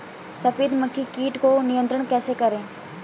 सफेद मक्खी कीट को नियंत्रण कैसे करें?